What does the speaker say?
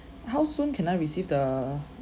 how soon can I receive the